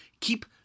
Keep